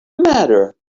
matter